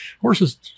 Horses